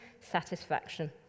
satisfaction